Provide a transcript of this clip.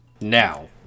now